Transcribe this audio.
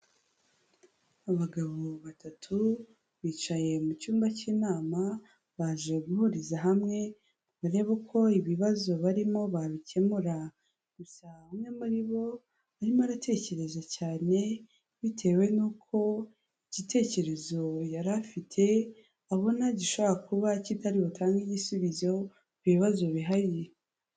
Abagabo batatu bicaye mu cyumba cy'inama, baje guhuriza hamwe, barebe uko ibibazo barimo babikemura, gusa umwe muri bo arimo aratekereza cyane, bitewe nuko igitekerezo yari afite, abona gishobora kuba kitari butange igisubizo, ku bibazo bihari.